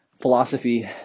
philosophy